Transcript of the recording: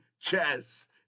chess